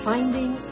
Finding